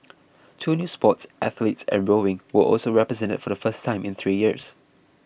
two new sports athletics and rowing were also represented for the first time in three years